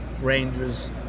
rangers